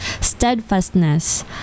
steadfastness